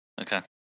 Okay